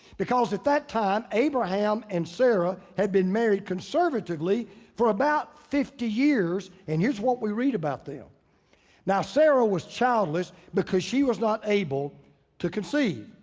because at that time, abraham and sarah had been married conservatively for about fifty years. and here's what we read about them. now, sarah was childless because she was not able to conceive.